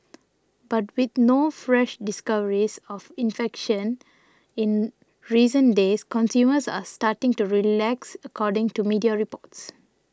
but with no fresh discoveries of infections in recent days consumers are starting to relax according to media reports